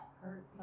Hurt